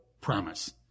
promise